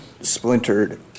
splintered